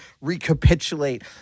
recapitulate